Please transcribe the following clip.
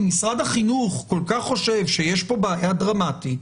אם משרד החינוך כל כך חושב שיש כאן בעיה דרמטית,